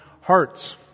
hearts